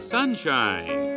Sunshine